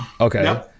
Okay